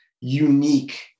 unique